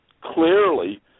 clearly